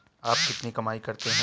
आप कितनी कमाई करते हैं?